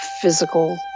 physical